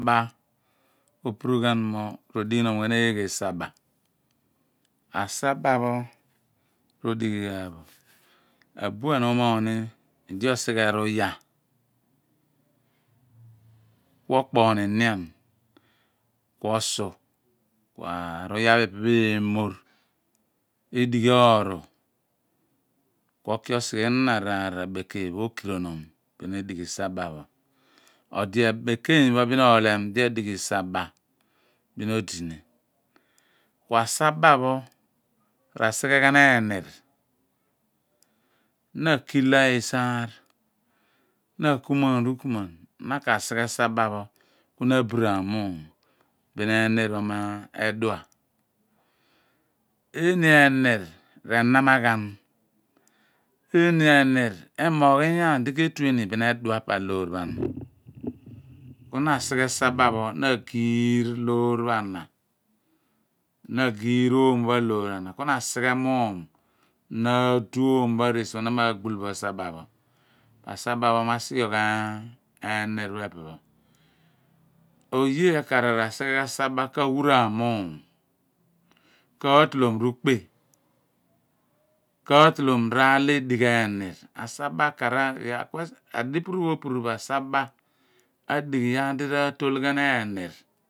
Ba, ropuru ghan mo ro dighinom eeghe saba asaba pho r'odighi ghan bo abuan uumogh ni idi osighe ruya ku okpoon nien ku osu ku aruya pho ipe eemoowh edaghi ooru ku oki osighe ihnon araar abekaan okirivnom bin edighi saba pho odi abekaany pho bin ohlem di adighi saba tin odi ni ku asa ba pho rasighe ghan eenir na akila iisaauh na akumuan rukumuan na ka sughe saba pho ka na aburaan muum ton ehnir pho me tua eeni ehnir r'enamaghan eeni ehnir emoogh inyaan di ko/ine ni bin edua wor ana ku na asughe sa ba pho na agio ebiwor pho ana na agiieh romo pho aloor pho ana na agiirh oomo pho aloor pho ana ku na asighe muum ni na aachu oomo pho aniisi pho na ma gbul bo saba pho anirsi pho na ma gbul bo saba pho asapa pho ma asigniogh ehnir pho epe pho oye akar ra sighe ghan siba ka awuraam muum ka atolomom rukpe k'atolom raar lo edigh ehniir asoba akar adipuru pho opuru bo asaba pho adighi iyaar di ratol ghan chair